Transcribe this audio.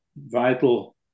vital